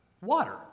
Water